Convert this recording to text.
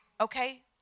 okay